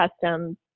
customs